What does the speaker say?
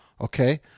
Okay